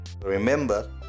remember